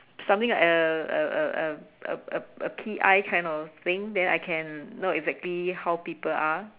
something like a a a a a a a P_I kind of thing then I can know exactly how people are